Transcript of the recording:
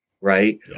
right